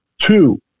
Two